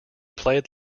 played